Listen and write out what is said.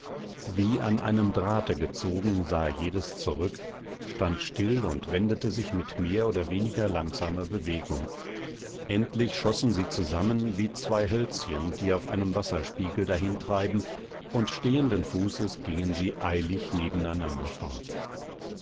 wie an einem drahte gezogen sah jedes zurück stand still und wendete sich mit mehr oder weniger langsamer bewegung endlich schossen sie zusammen wie zwei hölzchen die auf einem wasserspiegel dahintreiben und stehenden fußes gingen sie eilig nebeneinander fort